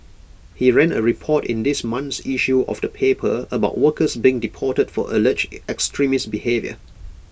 he ran A report in this month's issue of the paper about workers being deported for alleged extremist behaviour